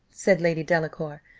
said lady delacour.